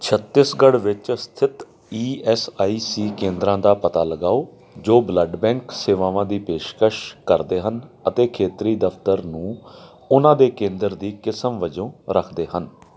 ਛੱਤੀਸਗੜ੍ਹ ਵਿੱਚ ਸਥਿਤ E S I C ਕੇਂਦਰਾਂ ਦਾ ਪਤਾ ਲਗਾਓ ਜੋ ਬਲੱਡ ਬੈਂਕ ਸੇਵਾਵਾਂ ਦੀ ਪੇਸ਼ਕਸ਼ ਕਰਦੇ ਹਨ ਅਤੇ ਖੇਤਰੀ ਦਫ਼ਤਰ ਨੂੰ ਉਹਨਾਂ ਦੇ ਕੇਂਦਰ ਦੀ ਕਿਸਮ ਵਜੋਂ ਰੱਖਦੇ ਹਨ